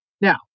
Now